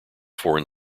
foreign